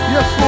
Yes